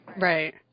right